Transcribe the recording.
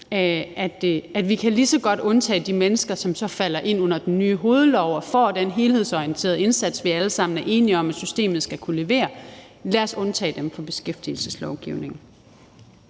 at vi lige så godt kan undtage de mennesker, som så falder ind under den nye hovedlov, og give dem den helhedsorienterede indsats, vi alle sammen er enige om at systemet skal kunne levere. Lad os undtage dem fra beskæftigelseslovgivningen.